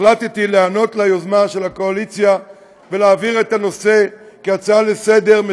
החלטתי להיענות ליוזמה של הקואליציה ולהעביר את הנושא כהצעה לסדר-היום,